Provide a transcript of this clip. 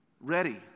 ready